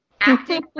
acting